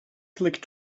click